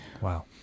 Wow